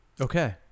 Okay